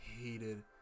hated